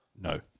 No